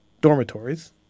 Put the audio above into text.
dormitories